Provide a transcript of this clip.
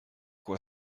quoi